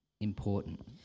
important